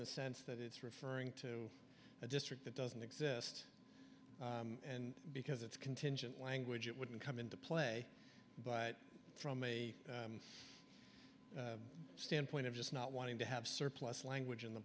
the sense that it's referring to a district that doesn't exist and because it's contingent language it wouldn't come into play but from a standpoint of just not wanting to have surplus language in the